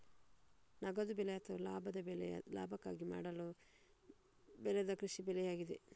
ನಗದು ಬೆಳೆ ಅಥವಾ ಲಾಭದ ಬೆಳೆ ಲಾಭಕ್ಕಾಗಿ ಮಾರಾಟ ಮಾಡಲು ಬೆಳೆದ ಕೃಷಿ ಬೆಳೆಯಾಗಿದೆ